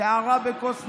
סערה בכוס נענע.